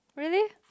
really